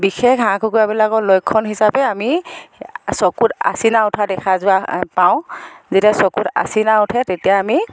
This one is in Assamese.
বিশেষ হাঁহ কুকুৰাবিলাকৰ লক্ষণ হিচাপে আমি চকুত আচিনাই উঠা দেখা যোৱা পাওঁ যেতিয়া চকুত আচিনাই উঠে তেতিয়া আমি